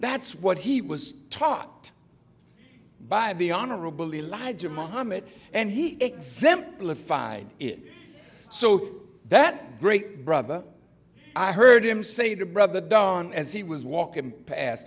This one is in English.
that's what he was taught by the honorable elijah muhammad and he exemplified it so that great brother i heard him say to brother done as he was walking past